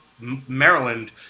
Maryland